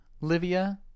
Livia